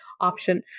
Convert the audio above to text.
option